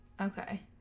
Okay